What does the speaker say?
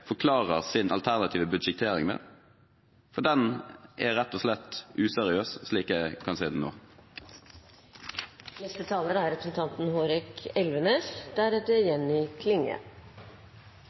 forklarer sin alternative budsjettering med, for den er rett og slett useriøs, slik jeg kan se den nå. Etter å ha hørt representanten